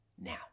now